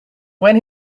when